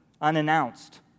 unannounced